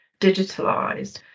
digitalized